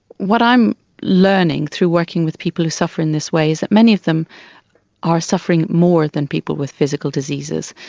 what i'm learning through working with people who suffer in this way is that many of them are suffering more than people with physical diseases.